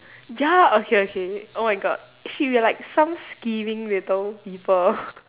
ya okay okay oh my god shit we're like some skiving little people